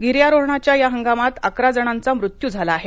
गिर्यारोहणाच्या या हंगामात अकरा जणांचा मृत्यू झाला आहे